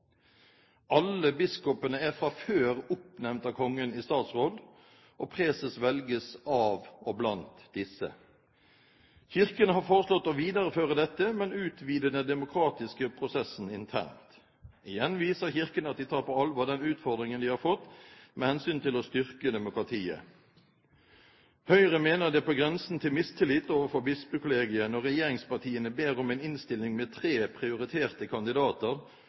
Alle biskopene er fra før oppnevnt av Kongen i statsråd, og preses velges av og blant disse. Kirken har foreslått å videreføre dette, men utvide den demokratiske prosessen internt. Igjen viser Kirken at de tar på alvor den utfordringen de har fått med hensyn til å styrke demokratiet. Høyre mener det er på grensen til mistillit overfor bispekollegiet når regjeringspartiene ber om en innstilling med tre prioriterte kandidater